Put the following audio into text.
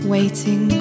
Waiting